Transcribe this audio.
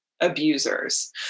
abusers